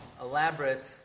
elaborate